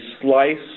slice